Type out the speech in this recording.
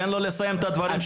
תן לו לסיים את הדברים שלו.